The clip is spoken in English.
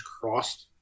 crossed